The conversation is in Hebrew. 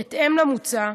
בהתאם למוצע,